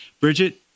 Bridget